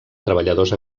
treballadors